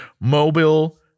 Mobile